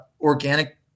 Organic